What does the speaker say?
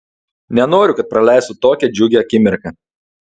nenoriu kad praleistų tokią džiugią akimirką